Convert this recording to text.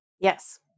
Yes